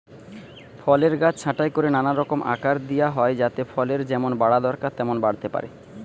ফলের গাছ ছাঁটাই কোরে নানা রকম আকার দিয়া হয় যাতে ফলের যেমন বাড়া দরকার তেমন বাড়তে পারে